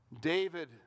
David